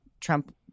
Trump –